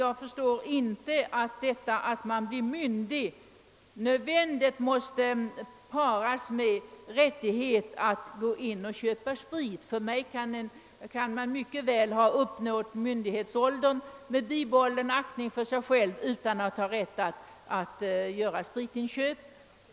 Jag kan inte inse att det förhållandet att man blir myndig nödvändigtvis måste förenas med rättighet att inköpa sprit. Man kan enligt min uppfattning mycket väl uppnå myndighetsåldern med bibehållen aktning för sig själv utan att ha rätt att göra spritinköp.